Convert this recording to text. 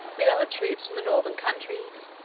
with other troops from the northern countries,